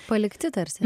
palikti tarsi